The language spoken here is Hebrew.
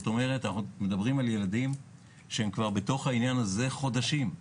אנחנו מדברים על ילדים שבתוך העניין הזה חודשים,